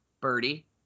birdie